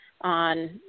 on